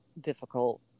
difficult